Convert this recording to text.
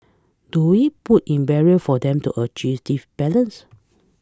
do we put in barrier for them to achieve this balance